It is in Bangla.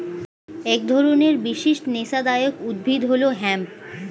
এক ধরনের বিশিষ্ট নেশাদায়ক উদ্ভিদ হল হেম্প